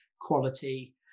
quality